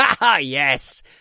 yes